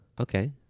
Okay